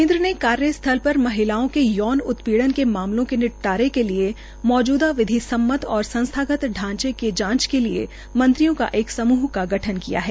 केन्द्र ने कार्यस्थल पर महिलाओ के यौन उत्पीड़न के मामलों के निपटारे के लिए मौजूदा विधि सम्मत और संस्थागत ढांचे की जांच के लिए मंत्रियों के एक समूह का गठन किया है